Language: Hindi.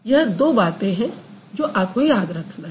यह दो बातें हैं जो आपको याद रखना है